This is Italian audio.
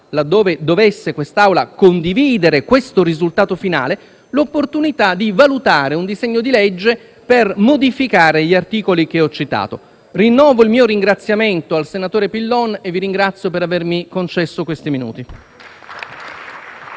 laddove dovesse condividere questo risultato finale, l'opportunità di valutare un disegno di legge che modifichi gli articoli che ho citato. Rinnovo il mio ringraziamento al senatore Pillon, e vi ringrazio per avermi concesso questi